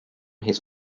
his